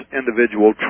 individual